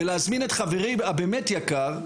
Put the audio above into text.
ולהזמין את חברי היקר,